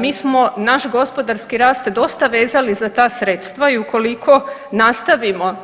Mi smo naš gospodarski rast dosta vezali za ta sredstva i ukoliko nastavimo